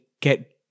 get